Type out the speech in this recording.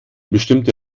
bestimmte